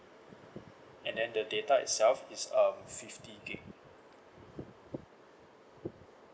and then the data itself is um fifty gig